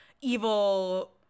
evil